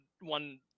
one